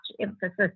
emphasis